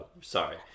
sorry